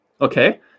Okay